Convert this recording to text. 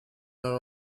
are